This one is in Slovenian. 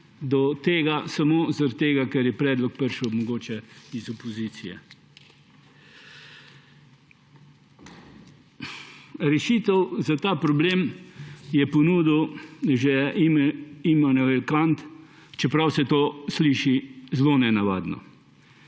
do tega samo zaradi tega, ker je predlog prišel mogoče iz opozicije. Rešitev za ta problem je ponudil že Immanuel Kant, čeprav se to sliši zelo nenavadno.